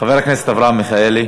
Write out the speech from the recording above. חבר הכנסת אברהם מיכאלי,